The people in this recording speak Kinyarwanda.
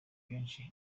kenshi